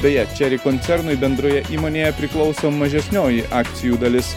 beje chery koncernui bendroje įmonėje priklauso mažesnioji akcijų dalis